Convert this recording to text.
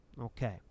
Okay